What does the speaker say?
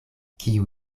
kiu